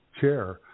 chair